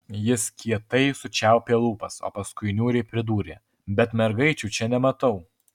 jis kietai sučiaupė lūpas o paskui niūriai pridūrė bet mergaičių čia nematau